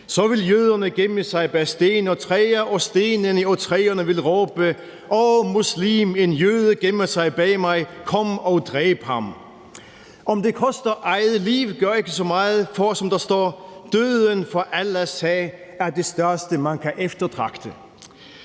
Så vil jøderne gemme sig bag sten og træer, og stenene og træerne vil råbe: O, muslim, en jøde gemmer sig bag mig, kom og dræb ham. Om det koster eget liv, gør ikke så meget, for som der står: Døden for Allahs sag er det største, man kan eftertragte.